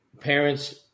parents